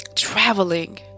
Traveling